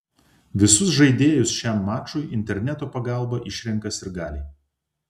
visus žaidėjus šiam mačui interneto pagalba išrenka sirgaliai